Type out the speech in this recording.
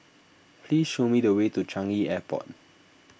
please show me the way to Changi Airport